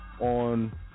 on